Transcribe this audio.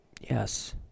Yes